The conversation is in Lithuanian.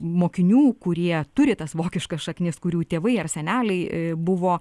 mokinių kurie turi tas vokiškas šaknis kurių tėvai ar seneliai buvo